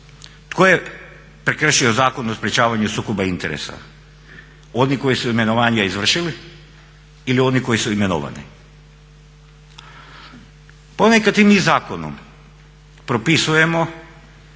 Tko je prekršio Zakon o sprječavanju sukoba interesa? Oni koji su imenovanje izvršili ili oni koji su imenovani? Ponekad i mi zakonom propisujemo